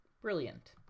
brilliant